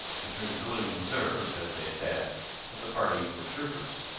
and through the gloom observed, as they advanced, that the party were troopers.